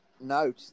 No